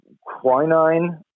quinine